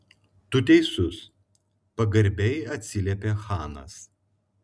tu teisus pagarbiai atsiliepė chanas